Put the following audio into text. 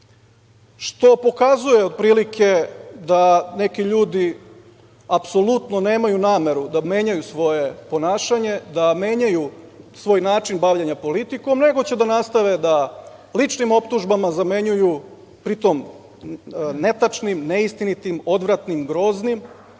otprilike da neki ljudi apsolutno nemaju nameru da menjaju svoje ponašanje, da menjaju svoj način bavljenja politikom, nego će da nastave da ličnim optužbama zamenjuju, pritom netačnim, neistinitim, odvratnim, groznim,